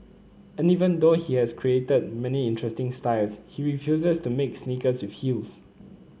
and even though he has created many interesting styles he refuses to make sneakers with heels